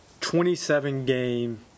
27-game